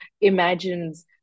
imagines